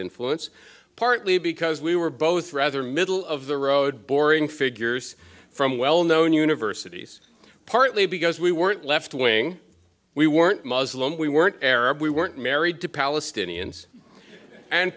influence partly because we were both rather middle of the road boring figures from well known universities partly because we weren't leftwing we weren't muslim we weren't arab we weren't married to palestinians and